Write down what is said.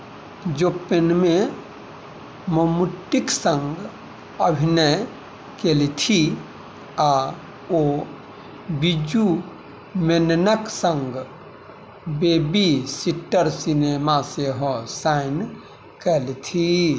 जोप्पनमे मम्मुट्टीक सङ्ग अभिनय केलथि आ ओ बीजू मेननक सङ्ग बेबी सिटर सिनेमा सेहो साइन केलथि